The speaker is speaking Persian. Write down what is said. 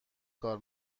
کار